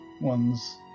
ones